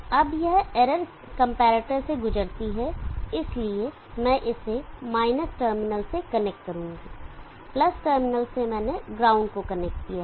अब यह error comparator से गुजरती है इसलिए मैं इसे माइनस टर्मिनल से कनेक्ट करूंगा प्लस टर्मिनल से मैंने ग्राउंड 0 कनेक्ट किया है